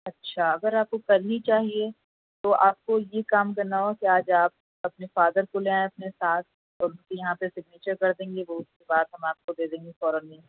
اچھا اگر آپ کو کرنی چاہیے تو آپ کو یہ کام کرنا ہوگا کہ آج آپ اپنے فادر کو لے آئیں اپنے ساتھ اور اُس کی یہاں پہ سگنیچر کر دیں گے وہ اُس کے بعد ہم آپ کو دے دیں گے فوراً ہی